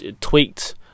tweaked